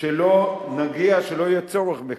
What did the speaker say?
שלא נגיע, שלא יהיה צורך בכך,